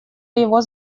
его